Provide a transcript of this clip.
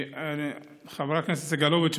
חבר הכנסת סגלוביץ',